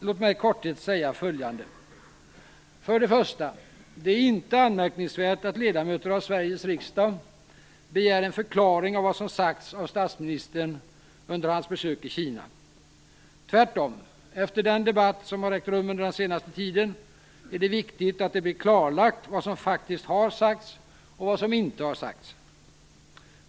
Låt mig i korthet säga följande. För det första är det inte anmärkningsvärt att ledamöter av Sveriges riksdag begär en förklaring av vad som sagts av statsministern under hans besök i Kina. Efter den debatt som har ägt rum under den senaste tiden är det tvärtom viktigt att det blir klarlagt vad som faktiskt har sagts och vad som inte har sagts.